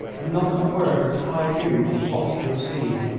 and not a word at high combe of what you have seen!